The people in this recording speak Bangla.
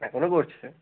এখনো পড়ছে